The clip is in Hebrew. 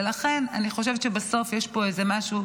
ולכן אני חושבת שבסוף יש פה איזה משהו,